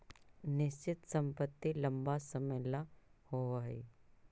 निश्चित संपत्ति लंबा समय ला होवऽ हइ